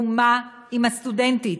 ומה עם הסטודנטית?